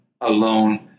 alone